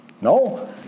No